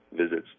visits